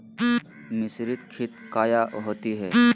मिसरीत खित काया होती है?